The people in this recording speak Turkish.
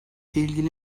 i̇lgili